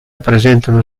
presentano